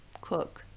cook